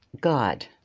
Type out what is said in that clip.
God